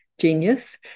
genius